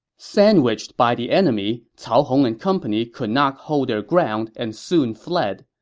sandwiched by the enemy, cao hong and company could not hold their ground and soon fled.